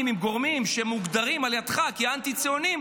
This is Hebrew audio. עם גורמים שמוגדרים על ידך כאנטי-ציוניים,